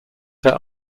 their